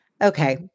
Okay